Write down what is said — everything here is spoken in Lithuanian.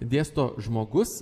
dėsto žmogus